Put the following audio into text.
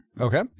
Okay